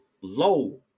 low